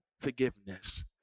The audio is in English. forgiveness